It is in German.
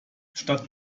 statt